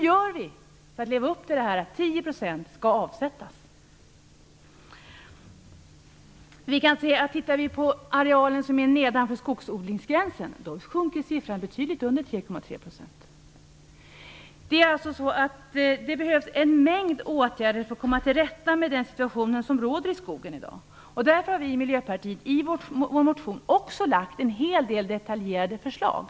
Hur skall vi göra för att leva upp till att 10 % skall avsättas? När det sedan gäller areal som ligger nedanför skogsodlingsgränsen så sjunker siffran till betydligt under 3,3 %. Det behövs alltså en mängd åtgärder för att komma till rätta med den situation som råder i skogen i dag. Därför har vi i Miljöpartiet i vår motion också lagt fram en hel del detaljerade förslag.